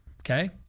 okay